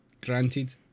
granted